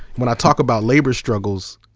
when i talk about labor struggles,